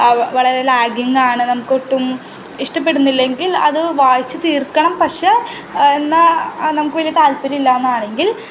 വളരെ ലാഗ്ഗിങ് ആണ് നമുക്കൊട്ടും ഇഷ്ടപ്പെടുന്നില്ലെങ്കിൽ അതു വായിച്ചു തീർക്കണം പക്ഷേ എന്നാൽ നമുക്കൊരു താത്പര്യമില്ലയെന്നാണെങ്കിൽ